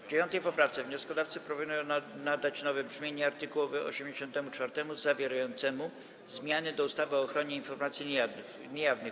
W 9. poprawce wnioskodawcy proponują nadać nowe brzmienie art. 84 zawierającemu zmiany do ustawy o ochronie informacji niejawnych.